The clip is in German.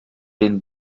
den